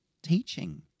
teaching